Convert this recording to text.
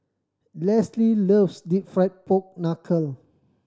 Lesly loves Deep Fried Pork Knuckle